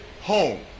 home